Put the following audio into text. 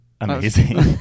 amazing